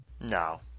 No